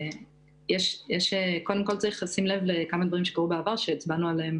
יש לשים לב לכמה דברים שקרו בעבר, הצבענו עליהם